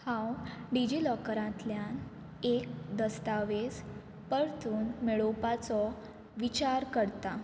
हांव डिजीलॉकरांतल्यान एक दस्तावेज परतून मेळोवपाचो विचार करतां